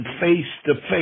face-to-face